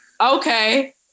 okay